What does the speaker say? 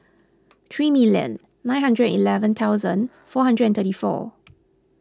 three million nine hundred and eleven thousand four hundred and thirty four